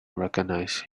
recognise